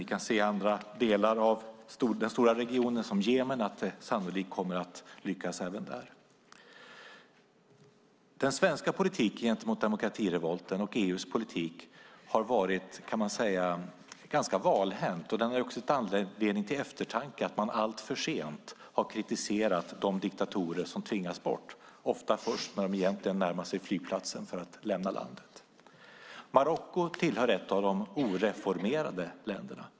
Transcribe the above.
Vi kan i andra delar av den stora regionen, som Jemen, se att den sannolikt kommer att lyckas även där. Den svenska politiken gentemot demokratirevolten och EU:s politik kan man säga har varit ganska valhänt. Den har också gett anledning till eftertanke. Man har alltför sent kritiserat de diktatorer som tvingas bort, ofta först när de egentligen närmar sig flygplatsen för att lämna landet. Marocko är ett av de oreformerade länderna.